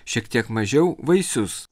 šiek tiek mažiau vaisius